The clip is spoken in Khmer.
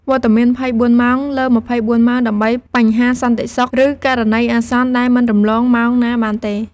វត្តមាន ២៤ ម៉ោងលើ ២៤ ម៉ោង ដើម្បីបញ្ហាសន្តិសុខ ឬករណីអាសន្នដែលមិនរំលងម៉ោងណាបានទេ។